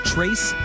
Trace